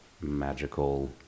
magical